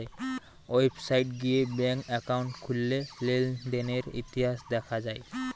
website গিয়ে bank account খুললে লেনদেনের ইতিহাস দেখা যায়